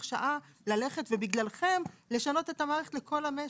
שעה ללכת ובגללכם לשנות את המערכת לכל המשק.